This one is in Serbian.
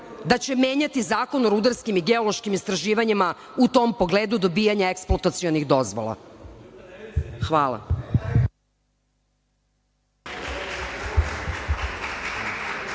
da će menjati Zakon o rudarskim i geološkim istraživanjima, u tom pogledu dobijanja eksploatacionih dozvola. Hvala.